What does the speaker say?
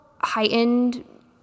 heightened